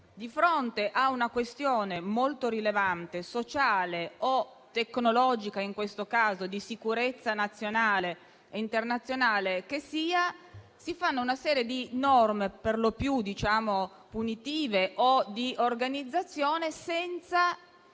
di fronte a una questione molto rilevante, sociale o tecnologica come in questo caso, di sicurezza nazionale e internazionale che sia, si fanno una serie di norme perlopiù punitive o di organizzazione senza